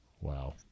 Wow